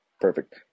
perfect